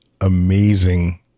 amazing